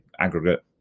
aggregate